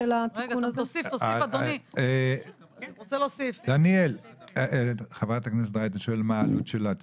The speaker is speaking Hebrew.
הסעיף השני זה סכום שאינו מובא בחשבון כהכנסה לעניין תוספת תלויים